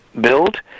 build